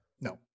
No